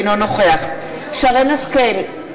אינו נוכח שרן השכל,